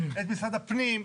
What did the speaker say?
את משרד הפנים,